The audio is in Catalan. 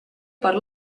per